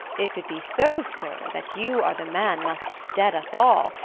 if it be so, sir, that you are the man must stead us all,